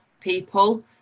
people